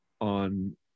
on